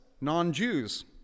non-Jews